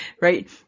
right